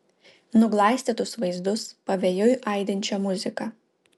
nuglaistytus vaizdus pavėjui aidinčią muziką